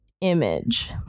image